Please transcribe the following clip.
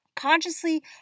Consciously